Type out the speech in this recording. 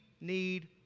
need